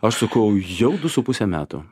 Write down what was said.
aš sakau jau du su puse metų